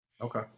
Okay